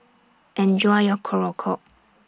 Enjoy your Korokke